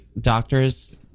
doctors